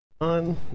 On